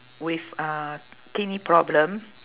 with uh kidney problem